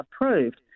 approved